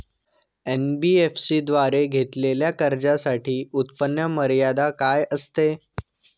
NBFC द्वारे घेतलेल्या कर्जासाठी उत्पन्न मर्यादा काय असते?